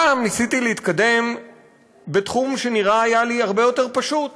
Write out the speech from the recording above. הפעם ניסיתי להתקדם בתחום שנראה לי הרבה יותר פשוט,